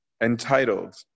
entitled